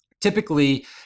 typically